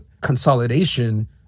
consolidation